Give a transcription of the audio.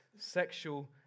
sexual